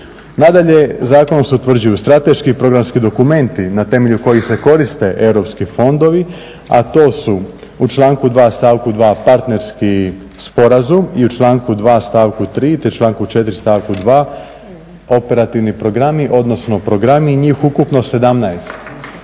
Nadalje, zakonom se utvrđuju strateški i programski dokumenti na temelju kojih se koriste europski fondovi, a to su u članku 2.stavku 2.partnerski sporazum i u članku 2.stavku 3, te članku 4.stavku 2.operativni programi odnosno programi njih ukupno 17